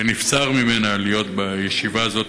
שנבצר ממנה להיות בישיבה הזאת,